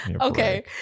Okay